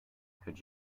could